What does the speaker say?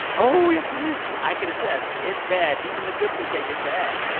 but oh, yes, it is. i can attest, it's bad. even the good fruitcake is bad.